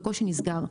בקושי נסגר.